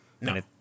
No